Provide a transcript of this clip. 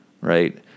Right